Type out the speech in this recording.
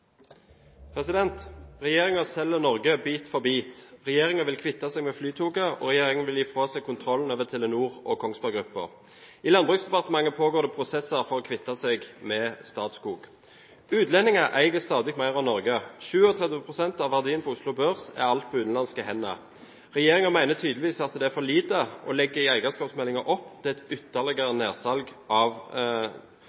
selger Norge bit for bit. Regjeringen vil kvitte seg med Flytoget, og regjeringen vil gi fra seg kontrollen over Telenor og Kongsberg Gruppen. I Landbruksdepartementet pågår det prosesser for å kvitte seg med Statskog. Utlendinger eier stadig mer av Norge. 37 pst. av verdien på Oslo Børs er alt på utenlandske hender. Regjeringen mener tydeligvis at det er for lite, og legger i eierskapsmeldingen opp til et ytterligere